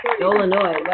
Illinois